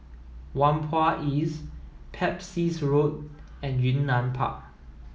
Whampoa East Pepys Road and Yunnan Park